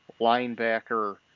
linebacker